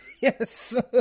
yes